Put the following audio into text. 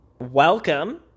welcome